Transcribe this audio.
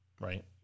Right